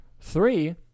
three